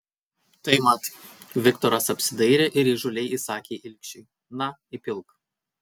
tai mat viktoras apsidairė ir įžūliai įsakė ilgšiui na įpilk